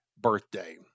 birthday